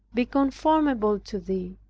be conformable to thee,